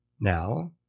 Now